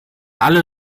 alle